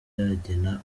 bagena